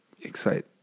excite